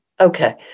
Okay